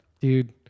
Dude